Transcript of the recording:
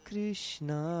Krishna